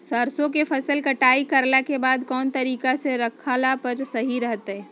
सरसों के फसल कटाई करला के बाद कौन तरीका से रखला पर सही रहतय?